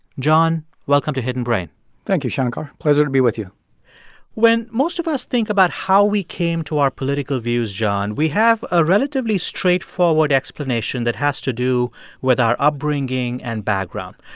john, welcome to hidden brain thank you, shankar. pleasure to be with you when most of us think about how we came to our political views, john, we have a relatively straightforward explanation that has to do with our upbringing and background.